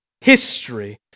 history